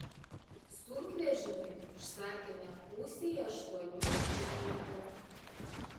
sunkvežimį užsakėme pusei aštuonių ryto